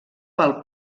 pel